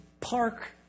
park